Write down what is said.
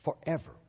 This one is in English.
Forever